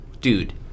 Dude